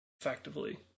Effectively